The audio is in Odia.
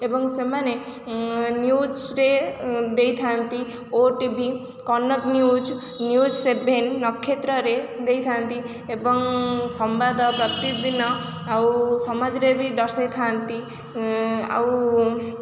ଏବଂ ସେମାନେ ନ୍ୟୁଜ୍ରେ ଦେଇଥାନ୍ତି OTV Kanak news news seven ନକ୍ଷେତ୍ରରେ ଦେଇଥାନ୍ତି ଏବଂ ସମ୍ବାଦ ପ୍ରତିଦିନ ଆଉ ସମାଜରେ ବି ଦର୍ଶାଇଥାନ୍ତି ଆଉ